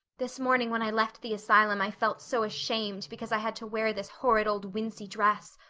this morning when i left the asylum i felt so ashamed because i had to wear this horrid old wincey dress.